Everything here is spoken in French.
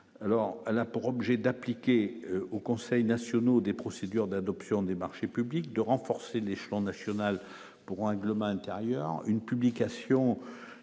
alors elle a pour objet d'appliquer aux conseils nationaux des procédures d'adoption des marchés publics de renforcer l'échelon national pour règlement intérieur une publication